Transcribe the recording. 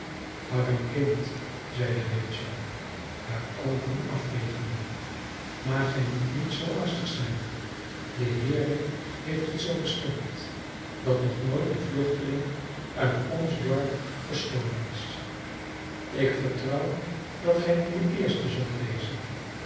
arm kind zeide rachel hare oogen afvegende maar gij moet niet zoo angstig zijn de heere heeft het zoo besteld dat nog nooit een vluchteling uit ons dorp gestolen is ik vertrouw dat gij niet de eerste zult wezen